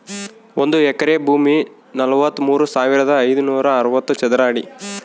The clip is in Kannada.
ಒಂದು ಎಕರೆ ಭೂಮಿ ನಲವತ್ಮೂರು ಸಾವಿರದ ಐನೂರ ಅರವತ್ತು ಚದರ ಅಡಿ